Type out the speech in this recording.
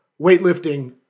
weightlifting